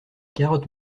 carottes